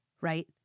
right